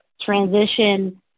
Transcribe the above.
transition